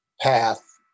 Path